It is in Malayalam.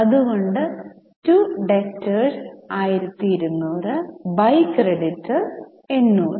അതുകൊണ്ട് ടു ഡേറ്റർസ് 1200 ബൈ ക്രെഡിറ്റർസ് 800